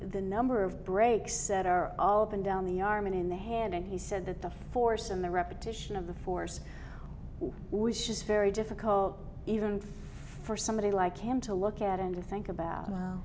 the number of breaks that are all up and down the arm and in the hand and he said that the force and the repetition of the force wishes for we difficult even for somebody like him to look at and think about